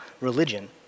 religion